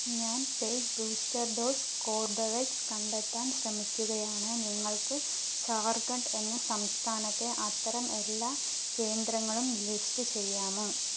ഞാൻ paid booster dose Corbevax കണ്ടെത്താൻ ശ്രമിക്കുകയാണ് നിങ്ങൾക്ക് ജാർഖണ്ഡ് എന്ന സംസ്ഥാനത്തെ അത്തരം എല്ലാ കേന്ദ്രങ്ങളും ലിസ്റ്റ് ചെയ്യാമോ